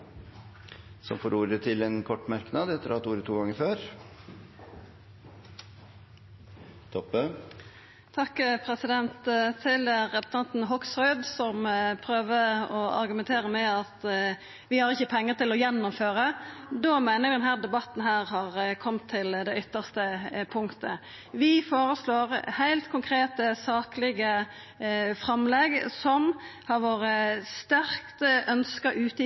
ordet til en kort merknad, begrenset til 1 minutt. Til representanten Hoksrud, som prøver å argumentera med at vi ikkje har pengar til å gjennomføra: Da meiner eg denne debatten har kome til det ytste punktet. Vi føreslår heilt konkrete, saklege framlegg som har vore sterkt ønskte ute i